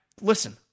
listen